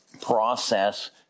process